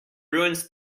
ruins